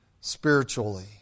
spiritually